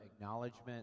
acknowledgement